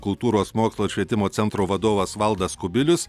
kultūros mokslo ir švietimo centro vadovas valdas kubilius